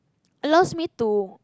it allows me to